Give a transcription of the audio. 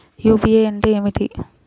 UPI అంటే ఏమిటీ?